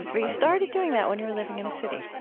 but you started doing that when you were living in a city,